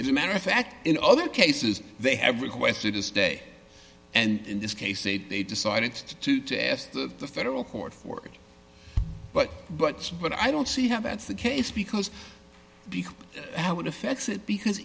it's a matter of fact in other cases they have requested to stay and in this case eight they decided just to ask the federal court for it but but but i don't see how that's the case because how it affects it because